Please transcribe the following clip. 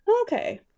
okay